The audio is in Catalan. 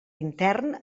intern